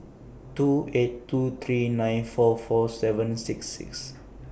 two eight two three nine four four seven six six